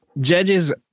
judges